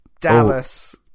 Dallas